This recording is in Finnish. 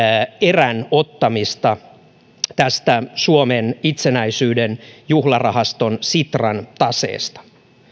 erän ottamista tästä suomen itsenäisyyden juhlarahasto sitran taseesta